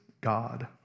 God